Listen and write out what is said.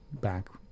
back